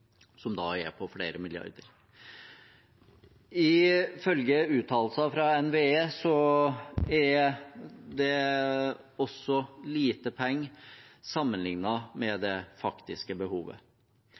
som er på flere milliarder. Ifølge uttalelser fra NVE er det også lite penger sammenlignet med